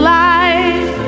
life